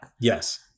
yes